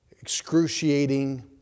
excruciating